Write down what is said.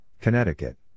Connecticut